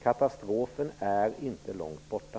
Katastrofen är inte långt borta.